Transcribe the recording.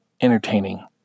entertaining